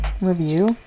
review